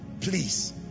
Please